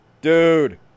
Dude